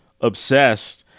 obsessed